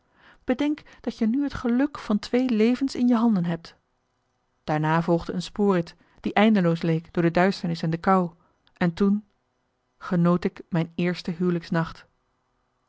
bedenk dat je nu het geluk van twee levens in je handen debt daarna volgde een spoorrit die eindeloos leek door de duisternis en de kou en toen genoot ik mijn eerste huwelijksnacht